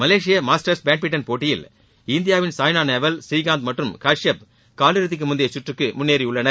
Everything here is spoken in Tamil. மலேசிய மாஸ்டர்ஸ் பேட்மின்டன் போட்டியில் இந்தியாவின் சாய்னா நேவால் புரீகாந்த் மற்றும் கர்ஷியாப் காலிறுதிக்கு முந்தைய கற்றுக்கு முன்னேறியுள்ளனர்